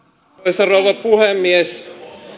arvoisa rouva puhemies